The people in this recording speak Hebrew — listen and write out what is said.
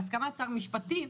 בהסכמת שר המשפטים.